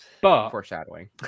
Foreshadowing